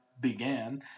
began